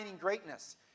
greatness